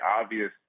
obvious